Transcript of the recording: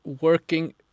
working